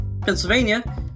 pennsylvania